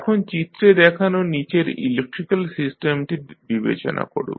এখন চিত্রে দেখানো নিচের ইলেক্ট্রিক্যাল সিস্টেমটি বিবেচনা করব